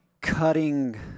cutting